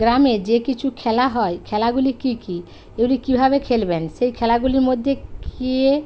গ্রামে যে কিছু খেলা হয় খেলাগুলি কী কী এগুলি কীভাবে খেলবেন সেই খেলাগুলির মধ্যে কী